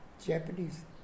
Japanese